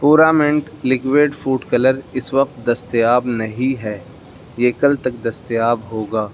پورامنٹ liquid food colour اس وقت دستیاب نہیں ہے یہ کل تک دستیاب ہوگا